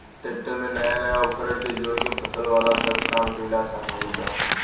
tractor में नया नया उपकरण के जोड़ के फसल वाला सब काम कईल आसान हो गईल बा